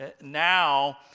Now